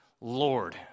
Lord